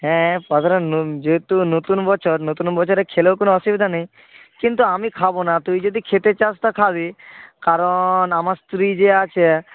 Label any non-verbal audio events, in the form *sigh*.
হ্যাঁ *unintelligible* যেহেতু নতুন বছর নতুন বছরে খেলেও কোনো অসুবিধা নেই কিন্তু আমি খাব না তুই যদি খেতে চাস তা খাবি কারণ আমার স্ত্রী যে আছে